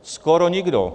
Skoro nikdo.